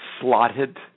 slotted